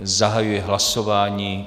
Zahajuji hlasování.